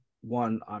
one